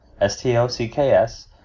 S-T-O-C-K-S